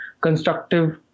constructive